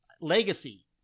legacy